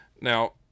Now